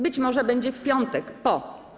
Być może będzie w piątek, po tym.